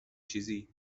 چیزی